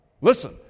listen